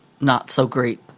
not-so-great